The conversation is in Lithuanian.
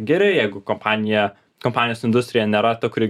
geri jeigu kompanija kompanijos industrija nėra ta kuri